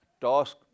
task